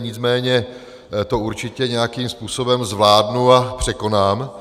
Nicméně to určitě nějakým způsobem zvládnu a překonám.